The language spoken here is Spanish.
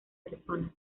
persona